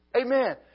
Amen